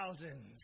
thousands